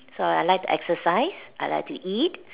so I like to exercise I like to eat